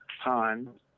Han